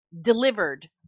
delivered